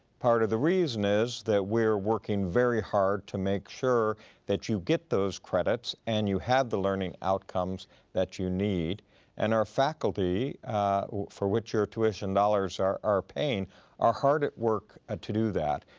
part of the reason is that we're working very hard to make sure that you get those credits and you have the learning outcomes that you need and our faculty for which your tuition dollars are paying are hard at work ah to do that.